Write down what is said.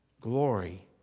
Glory